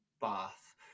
Bath